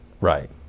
right